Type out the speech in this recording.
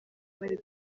bari